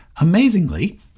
Amazingly